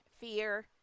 fear